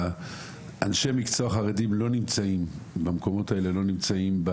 אנשי מקצוע חרדים במקומות האלה לא נמצאים.